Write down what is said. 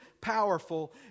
powerful